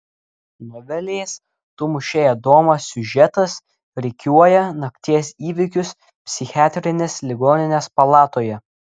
novelės tu mušei adomą siužetas rikiuoja nakties įvykius psichiatrinės ligoninės palatoje